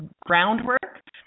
groundwork